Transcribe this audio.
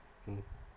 mm